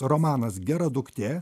romanas gera duktė